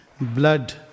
blood